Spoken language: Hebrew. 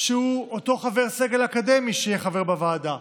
איש סגל אקדמי שחבר בוועדה,